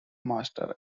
master